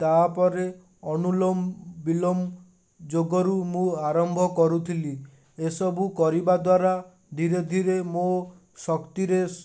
ତା'ପରେ ଅନୁଲୋମ ବିଲମ୍ ଯୋଗରୁ ମୁଁ ଆରମ୍ଭ କରୁଥିଲି ଏସବୁ କରିବାଦ୍ୱାରା ଧିରେଧିରେ ମୁଁ ଶକ୍ତିରେ